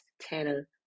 Tanner